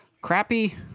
crappy